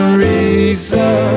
reason